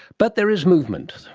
but there is movement.